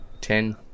Ten